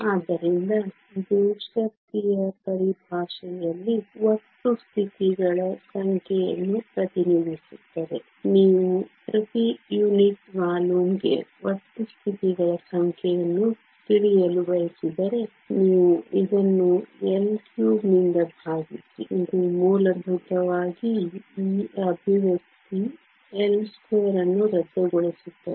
ಆದ್ದರಿಂದ ಇದು ಶಕ್ತಿಯ ಪರಿಭಾಷೆಯಲ್ಲಿ ಒಟ್ಟು ಸ್ಥಿತಿಗಳ ಸಂಖ್ಯೆಯನ್ನು ಪ್ರತಿನಿಧಿಸುತ್ತದೆ ನೀವು ಪ್ರತಿ ಯೂನಿಟ್ ವಾಲ್ಯೂಮ್ಗೆ ಒಟ್ಟು ಸ್ಥಿತಿಗಳ ಸಂಖ್ಯೆಯನ್ನು ತಿಳಿಯಲು ಬಯಸಿದರೆ ನೀವು ಇದನ್ನು L3 ನಿಂದ ಭಾಗಿಸಿ ಇದು ಮೂಲಭೂತವಾಗಿ ಈ ಅಭಿವ್ಯಕ್ತಿ L2 ಅನ್ನು ರದ್ದುಗೊಳಿಸುತ್ತದೆ